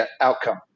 outcome